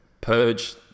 Purge